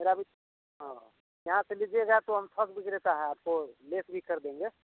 मेरा भी हाँ यहाँ से लीजिएगा तो हम सब रहता है आपको लेस भी कर देंगे